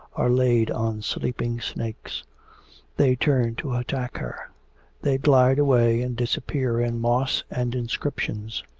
are laid on sleeping snakes they turn to attack her they glide away and disappear in moss and inscriptions.